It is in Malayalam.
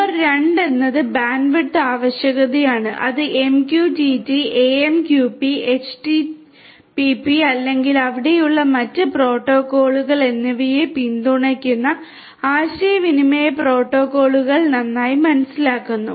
നമ്പർ രണ്ട് എന്നത് ബാൻഡ്വിഡ്ത്ത് ആവശ്യകതയാണ് അത് MQTT AMQP HTPP അല്ലെങ്കിൽ അവിടെയുള്ള മറ്റ് പ്രോട്ടോക്കോളുകൾ എന്നിവയെ പിന്തുണയ്ക്കുന്ന ആശയവിനിമയ പ്രോട്ടോക്കോളുകൾ നന്നായി മനസ്സിലാക്കുന്നു